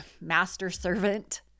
master-servant